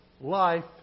life